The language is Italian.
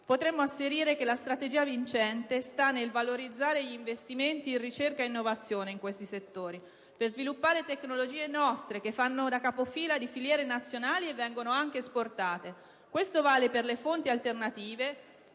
potremmo asserire che la strategia vincente sta nel valorizzare gli investimenti in ricerca e innovazione in questi settori per sviluppare tecnologie nostre, che fanno da capofila di filiere nazionali e vengono anche esportate. Questo vale per le fonti alternative,